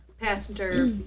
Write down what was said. passenger